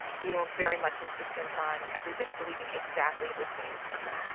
you know, are very much insistent on everybody believing exactly the same thing.